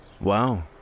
Wow